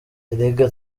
erega